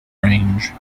range